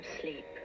sleep